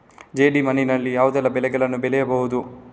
ಜೇಡಿ ಮಣ್ಣಿನಲ್ಲಿ ಯಾವುದೆಲ್ಲ ಬೆಳೆಗಳನ್ನು ಬೆಳೆಯಬಹುದು?